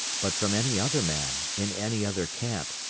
but from any other man, in any other camp,